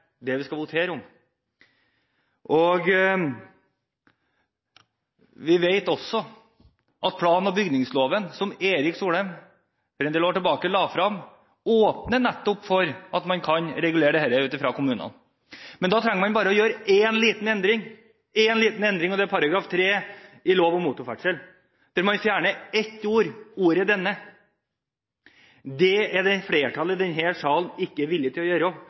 det vi skal votere over. Vi vet også at plan- og bygningsloven, som Erik Solheim for en del år tilbake la frem, åpner nettopp for at man kan regulere dette i kommunene. Da trenger man bare å gjøre én liten endring, og det er i § 3 i lov om motorferdsel å fjerne ett ord, ordet «denne». Det er flertallet i denne sal ikke villig til å gjøre.